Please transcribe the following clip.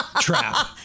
trap